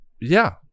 Yeah